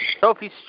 Sophie's